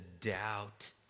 doubt